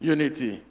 Unity